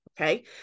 Okay